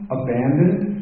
abandoned